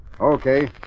Okay